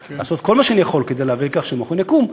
לעשות כל מה שאני יכול כדי להביא לכך שהמכון יקום,